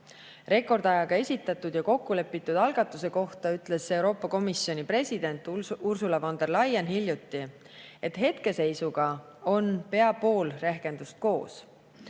Rekordajaga esitatud ja kokku lepitud algatuse kohta ütles Euroopa Komisjoni president Ursula von der Leyen hiljuti, et hetkeseisuga on pea pool rehkendust koos.